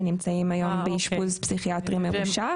שנמצאים היום באשפוז פסיכיאטרי ממושך,